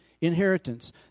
inheritance